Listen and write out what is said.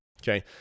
Okay